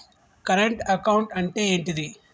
Current account అంటే ఏంటిది?